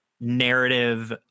narrative